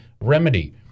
remedy